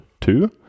two